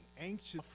anxious